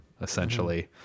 essentially